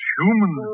human